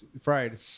Fried